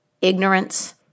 ignorance